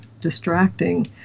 distracting